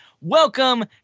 Welcome